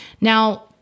Now